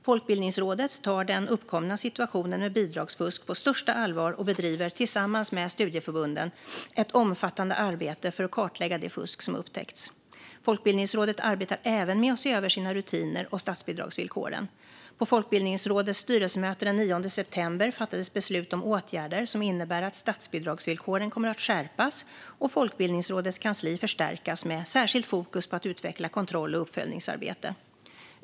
Folkbildningsrådet tar den uppkomna situationen med bidragsfusk på största allvar och bedriver, tillsammans med studieförbunden, ett omfattande arbete för att kartlägga det fusk som upptäckts. Folkbildningsrådet arbetar även med att se över sina rutiner och statsbidragsvillkoren. På Folkbildningsrådets styrelsemöte den 9 september fattades beslut om åtgärder som innebär att statsbidragsvillkoren kommer att skärpas och Folkbildningsrådets kansli förstärkas med särskilt fokus på att utveckla kontroll och uppföljningsarbete.